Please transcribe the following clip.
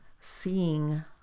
Seeing